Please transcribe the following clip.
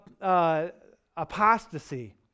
apostasy